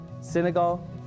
Senegal